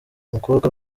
umukobwa